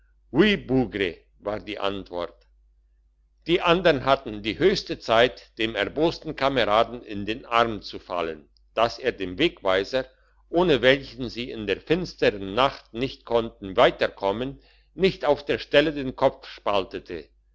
war die antwort die andern hatten die höchste zeit dem erbosten kameraden in den arm zu fallen dass er dem wegweiser ohne welchen sie in der finstern nacht nicht konnten weiterkommen nicht auf der stelle den kopf spaltete